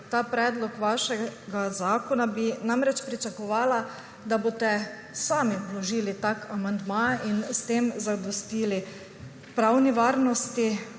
ta predlog vašega zakona, bi pričakovala, da boste sami vložili tak amandma in s tem zadostili pravni varnosti,